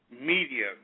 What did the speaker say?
media